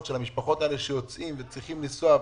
של המשפחות האלה שיוצאות וצריכות לנסוע,